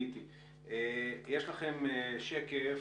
בשקף